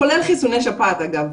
כולל חיסוני שפעת אגב.